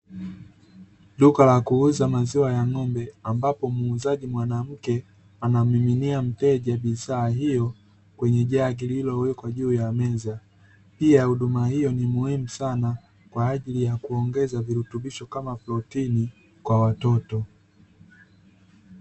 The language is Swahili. Duka la kuuza maziwa ya ng'ombe, ambapo muuzaji mwanamke anammiminia mteja bidhaa hiyo kwenye jagi lililowekwa juu ya meza. Pia huduma hiyo ni muhimu sana kwa ajili ya kuongeza virutubushi kama protini kwa watoto.